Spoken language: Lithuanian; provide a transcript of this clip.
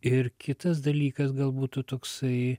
ir kitas dalykas gal būtų toksai